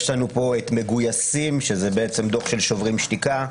יש לנו פה את מגויסים, שזה דוח של שוברים שתיקה,